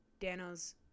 Dano's